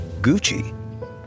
Gucci